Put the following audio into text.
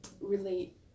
relate